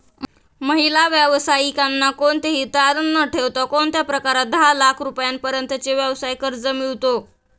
महिला व्यावसायिकांना कोणतेही तारण न ठेवता कोणत्या प्रकारात दहा लाख रुपयांपर्यंतचे व्यवसाय कर्ज मिळतो?